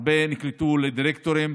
הרבה נקלטו בדירקטורים.